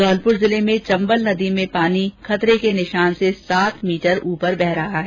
धौलपुर जिले में चम्बल नदी में पानी खतरे के निशान से सात मीटर ऊपर बह रहा है